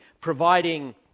providing